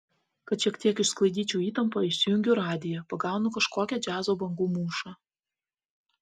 kad šiek tiek išsklaidyčiau įtampą įsijungiu radiją pagaunu kažkokią džiazo bangų mūšą